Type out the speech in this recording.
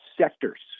sectors